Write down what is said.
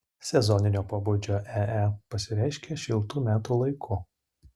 sezoninio pobūdžio ee pasireiškia šiltu metų laiku